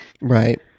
Right